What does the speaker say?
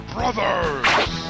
Brothers